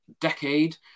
decade